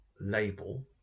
label